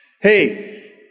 Hey